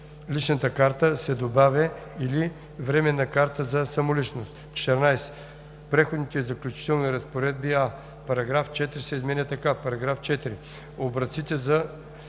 „личната карта“ се добавя „или временната карта за самоличност“. 14. В преходните и заключителните разпоредби: а) параграф 4 се изменя така: „§ 4. Образците на